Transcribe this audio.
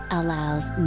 allows